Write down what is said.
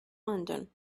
london